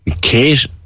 Kate